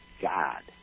God